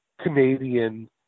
Canadian